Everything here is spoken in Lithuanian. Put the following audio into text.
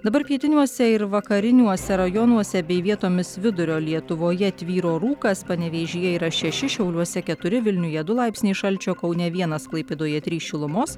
dabar pietiniuose ir vakariniuose rajonuose bei vietomis vidurio lietuvoje tvyro rūkas panevėžyje yra šeši šiauliuose keturi vilniuje du laipsniai šalčio kaune vienas klaipėdoje trys šilumos